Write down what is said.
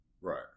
Right